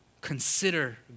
Consider